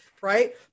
right